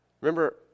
Remember